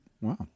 Wow